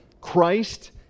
Christ